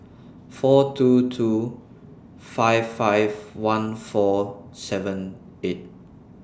four two two five five one four three seven eight